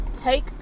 take